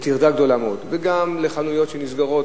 לטרדה גדולה מאוד, וגם לסגירת חנויות.